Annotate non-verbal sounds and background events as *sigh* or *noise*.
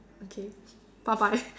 okay bye bye *laughs*